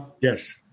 Yes